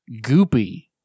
Goopy